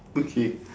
okay